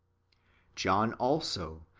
john also,